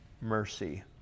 mercy